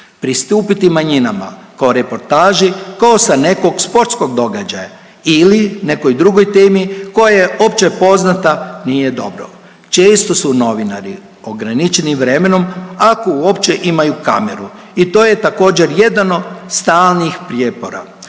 pristupiti manjinama kao reportaži kao sa nekog sportskog događaja ili nekoj drugoj temi koja je opće poznata nije dobro. Često su novinari ograničeni vremenom ako uopće imaju kameru i to je također jedno stalnih prijepora.